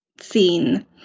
scene